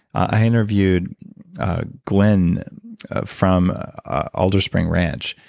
i interviewed glenn from alderspring ranch.